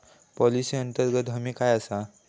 Policy अंतर्गत हमी काय आसा?